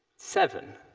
seven,